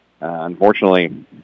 unfortunately